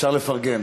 אפשר לפרגן.